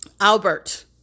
Albert